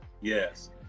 Yes